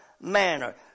manner